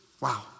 Wow